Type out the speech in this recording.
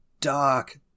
dark